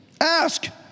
Ask